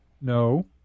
No